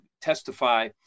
testify